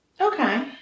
Okay